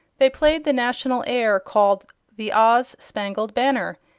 they played the national air called the oz spangled banner,